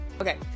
Okay